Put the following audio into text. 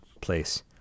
place